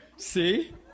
See